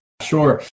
Sure